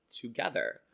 together